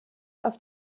auf